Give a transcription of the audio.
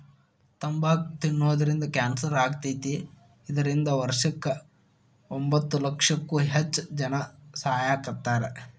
ತಂಬಾಕ್ ತಿನ್ನೋದ್ರಿಂದ ಕ್ಯಾನ್ಸರ್ ಆಕ್ಕೇತಿ, ಇದ್ರಿಂದ ವರ್ಷಕ್ಕ ಎಂಬತ್ತಲಕ್ಷಕ್ಕೂ ಹೆಚ್ಚ್ ಜನಾ ಸಾಯಾಕತ್ತಾರ